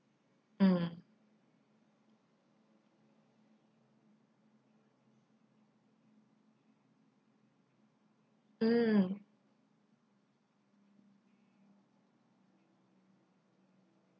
mm mm